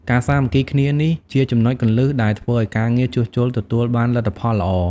ការសាមគ្គីគ្នា នេះជាចំណុចគន្លឹះដែលធ្វើឲ្យការងារជួសជុលទទួលបានលទ្ធផលល្អ។